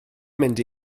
mynd